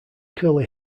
curly